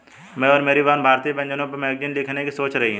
मैं और मेरी बहन भारतीय व्यंजनों पर मैगजीन लिखने की सोच रही है